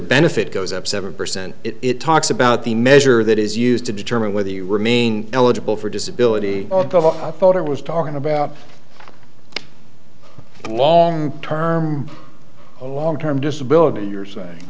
benefit goes up seven percent it talks about the measure that is used to determine whether you remain eligible for disability voter was talking about long term a long term disability you're saying